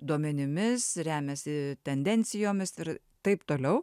duomenimis remiasi tendencijomis ir taip toliau